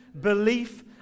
belief